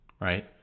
right